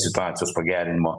situacijos pagerinimo